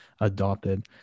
adopted